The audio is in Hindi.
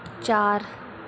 चार